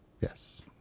Yes